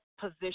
position